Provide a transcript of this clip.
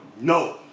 No